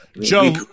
Joe